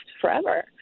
forever